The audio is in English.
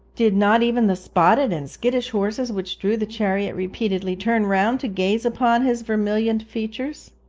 did not even the spotted and skittish horses which drew the chariot repeatedly turn round to gaze upon his vermilioned features?